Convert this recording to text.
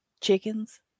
chickens